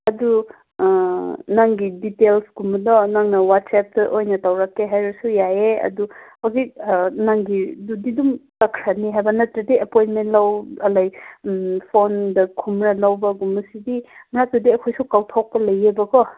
ꯑꯗꯨ ꯅꯪꯒꯤ ꯗꯤꯇꯦꯜꯁ ꯀꯨꯝꯕꯗꯣ ꯅꯪꯅ ꯋꯥꯆꯞꯇ ꯑꯣꯏꯅ ꯇꯧꯔꯛꯀꯦ ꯍꯥꯏꯔꯁꯨ ꯌꯥꯏꯌꯦ ꯑꯗꯨ ꯍꯧꯖꯤꯛ ꯅꯪꯒꯤ ꯑꯗꯨꯗꯤ ꯑꯗꯨꯝ ꯀꯛꯈ꯭ꯔꯅꯤ ꯍꯥꯏꯕ ꯅꯠꯇ꯭ꯔꯗꯤ ꯑꯦꯄꯣꯏꯟꯃꯦꯟ ꯂꯧ ꯎꯝ ꯐꯣꯟꯗ ꯈꯨꯝꯂ ꯂꯧꯕꯁꯤꯗꯤ ꯅꯠꯇ꯭ꯔꯗꯤ ꯑꯩꯈꯣꯏꯁꯨ ꯀꯥꯎꯊꯣꯛꯄ ꯂꯦꯌꯦꯕꯀꯣ